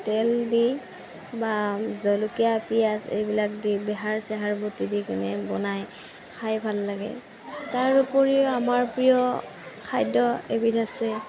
তেল দি বা জলকীয়া পিঁয়াজ এইবিলাক দি বেহাৰ চেহাৰ বটি দি কেনে বনাই খাই ভাল লাগে তাৰ উপৰিও আমাৰ প্ৰিয় খাদ্য় এবিধ আছে